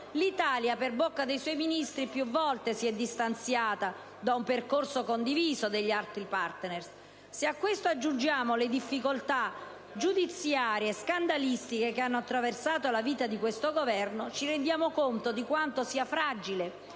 l'Italia per bocca dei suoi Ministri più volte si è distanziata dal percorso condiviso dagli altri *partner*. Se a ciò aggiungiamo le difficoltà giudiziarie e scandalistiche che hanno attraversato la vita di questo Governo, ci rendiamo conto di quanto sia fragile